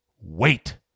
Wait